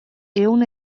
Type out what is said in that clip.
ehun